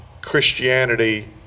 Christianity